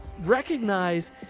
recognize